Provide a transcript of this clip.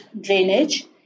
drainage